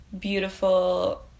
beautiful